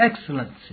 excellency